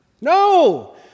No